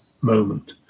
moment